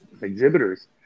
exhibitors